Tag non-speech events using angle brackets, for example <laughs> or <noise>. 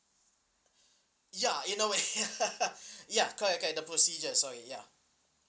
ya you know <laughs> ya correct correct the procedure so ya